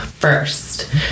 First